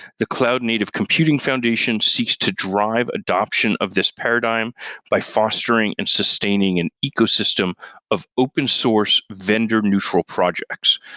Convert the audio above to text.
the cloud native computing foundation seeks to drive adoption of this paradigm by fostering and sustaining an ecosystem of open source vendor-neutral projects.